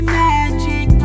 magic